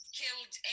killed